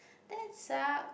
that suck